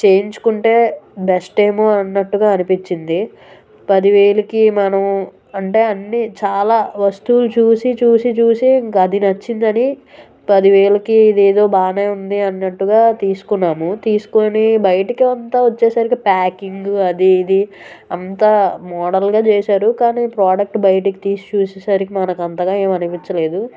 చేయించుకుంటే బెస్ట్ ఏమో అన్నట్టుగా అనిపించింది పది వేలుకి మనం అంటే అన్ని చాలా వస్తువులు చూసి చూసి చూసి ఇంక అది నచ్చిందని పది వేలకి ఇదేదో బాగానే ఉంది అన్నట్టుగా తీసుకున్నాను తీసుకున్నాము బయటకి అంతా వచ్చేసరికి ప్యాకింగు అది ఇది అంతా మోడల్గా చేశాడు కానీ ప్రోడక్ట్ బయటికి తీసి చూసే సరికి మనకంతగా ఏమి అనిపించలేదు